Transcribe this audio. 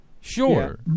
sure